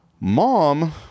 Mom